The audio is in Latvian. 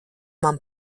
man